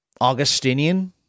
Augustinian